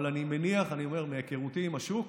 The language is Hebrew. אבל אני מניח, אני אומר מהיכרותי עם השוק,